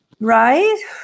Right